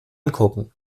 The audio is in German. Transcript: angucken